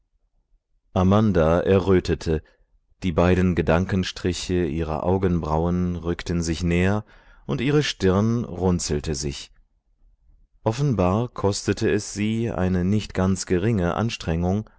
amanda errötete die beiden gedankenstriche ihrer augenbrauen rückten sich näher und ihre stirn runzelte sich offenbar kostete es sie eine nicht ganz geringe anstrengung